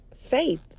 faith